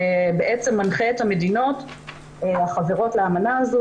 בעצם מנחה את המדינות החברות לאמנה הזאת